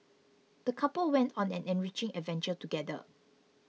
the couple went on an enriching adventure together